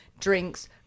Drinks